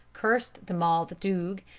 cursed the mauthe doog,